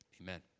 Amen